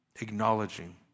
acknowledging